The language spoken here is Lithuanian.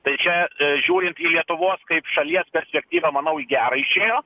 tai čia žiūrint į lietuvos kaip šalies perspektyvą manau į gerą išėjo